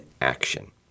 action